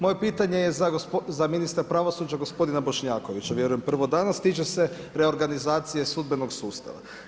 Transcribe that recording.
Moje pitanje je za ministra pravosuđa gospodina Bošnjakovića vjerujem, prvo danas tiče se reorganizacije sudbenog sustava.